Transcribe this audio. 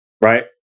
right